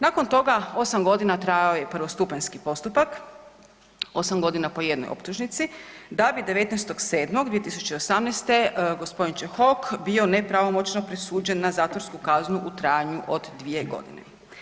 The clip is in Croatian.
Nakon toga 8 godina trajao je prvostupanjski postupak, 8 godina po jednoj optužnici, da bi 19.7.2018. gospodin Čehok bio nepravomoćno presuđen na zatvorsku kaznu u trajanju od 2 godine.